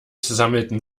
sammelten